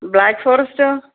black ഫോറസ്റ്റോ